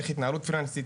איך התנהלות פיננסית.